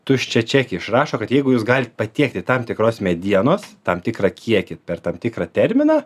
tuščią čekį išrašo kad jeigu jūs galit patiekti tam tikros medienos tam tikrą kiekį per tam tikrą terminą